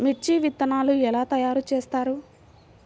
మిర్చి విత్తనాలు ఎలా తయారు చేస్తారు?